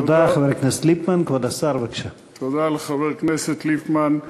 תודה, חבר הכנסת ליפמן.